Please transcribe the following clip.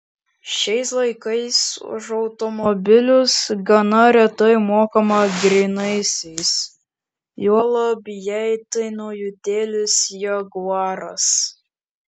šiais laikais už automobilius gana retai mokama grynaisiais juolab jei tai naujutėlis jaguaras